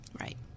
Right